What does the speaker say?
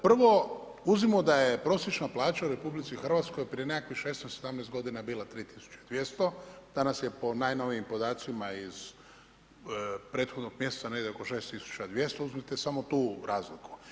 Prvo uzmimo da je prosječna plaća u RH, prije nekakvih 16, 17 godina je bila negdje 3200, danas je po najnovijim podacima iz prethodnog mjeseca negdje oko 6200, uzmite samo tu razliku.